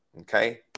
okay